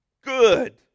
good